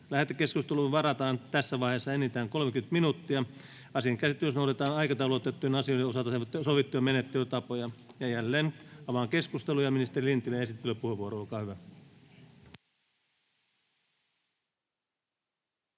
Lähetekeskusteluun varataan tässä vaiheessa enintään 30 minuuttia. Asian käsittelyssä noudatetaan aikataulutettujen asioiden osalta sovittuja menettelytapoja. Avaan keskustelun. — Esittelypuheenvuoro, edustaja